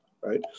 Right